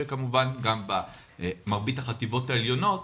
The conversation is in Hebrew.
וכמובן גם במרבית החטיבות העליונות.